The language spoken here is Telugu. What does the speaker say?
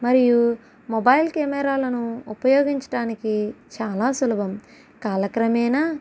మరియు మొబైల్ కెమెరాలను ఉపయోగించటానికి చాలా సులభం కాలక్రమేణా